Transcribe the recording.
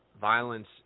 Violence